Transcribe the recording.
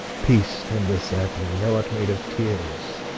peace, tender sapling thou art made of tears,